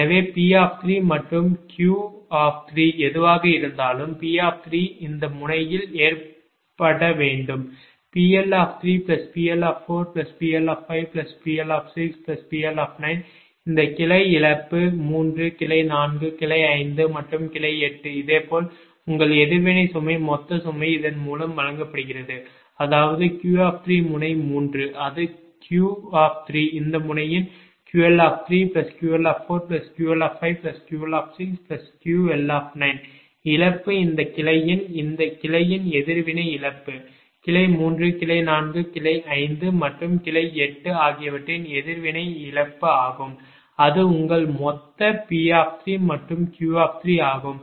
எனவே P மற்றும் Q எதுவாக இருந்தாலும் P இந்த முனையில் ஏற்றப்பட வேண்டும் PL PLPLPLPL இந்த கிளை இழப்பு 3 கிளை 4 கிளை 5 மற்றும் கிளை 8 இதேபோல் உங்கள் எதிர்வினை சுமை மொத்த சுமை இதன் மூலம் வழங்கப்படுகிறது அதாவது Q முனை 3 அது Q இந்த முனையின் QLQLQLQLQL இழப்பு இந்த கிளையின் இந்த கிளையின் எதிர்வினை இழப்பு கிளை 3 கிளை 4 கிளை 5 மற்றும் கிளை 8 ஆகியவற்றின் எதிர்வினை இழப்பு ஆகும் அது உங்கள் மொத்த P மற்றும் Q ஆகும்